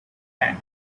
tank